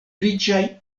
riĉaj